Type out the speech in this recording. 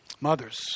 Mothers